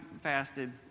fasted